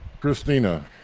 Christina